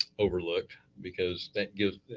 overlooked because that gives,